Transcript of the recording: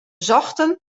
zochten